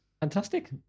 Fantastic